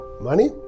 Money